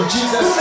Jesus